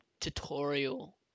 tutorial